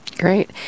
Great